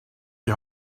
die